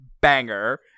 banger